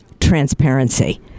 transparency